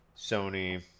Sony